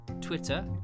Twitter